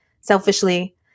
selfishly